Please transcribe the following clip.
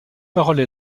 paroles